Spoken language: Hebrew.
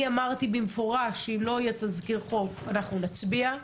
אני אמרתי במפורש שאם לא יהיה תזכיר חוק אנחנו נצביע.